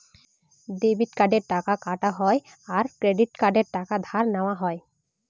debit কার্ডে টাকা কাটা হয় আর ক্রেডিট কার্ডে টাকা ধার নেওয়া হয়